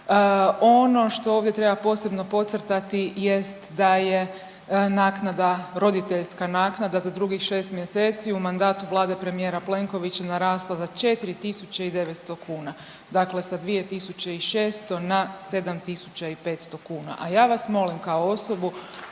Ono što ovdje treba posebno podcrtati jest da je naknada, roditeljska naknada za drugih 6 mjeseci u mandatu vlade premijera Plenkovića narasla za 4 tisuće i 900 kuna, dakle sa 2.600 na 7.500 kuna, a ja vas molim kao osobu